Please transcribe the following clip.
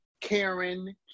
Karen